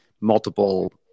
multiple